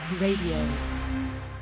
Radio